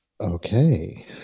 Okay